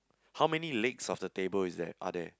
how many legs of the table is there are there